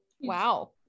wow